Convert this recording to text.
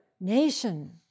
nation